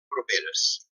properes